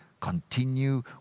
continue